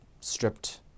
stripped